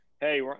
Hey